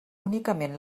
únicament